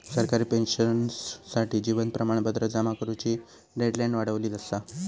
सरकारी पेंशनर्ससाठी जीवन प्रमाणपत्र जमा करुची डेडलाईन वाढवली असा